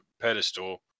pedestal